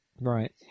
Right